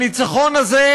הניצחון הזה,